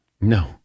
No